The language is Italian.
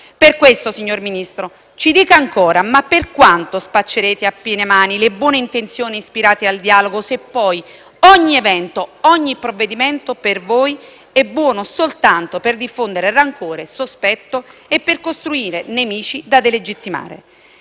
giustizia? Signor Ministro, ci dica per quanto ancora spaccerete a piene mani le buone intenzioni ispirate al dialogo se poi ogni evento e ogni provvedimento per voi è buono soltanto per diffondere rancore, sospetto e per costruire nemici da delegittimare?